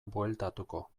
bueltatuko